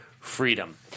Freedom